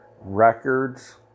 records